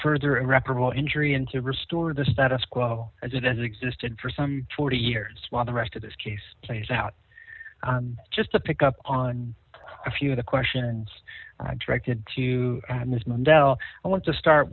further irreparable injury and to restore the status quo as it has existed for some forty years while the rest of this case plays out just to pick up on a few of the questions directed to ms mandel i want to start